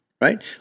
right